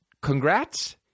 congrats